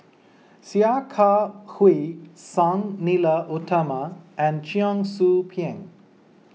Sia Kah Hui Sang Nila Utama and Cheong Soo Pieng